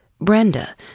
Brenda